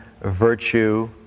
virtue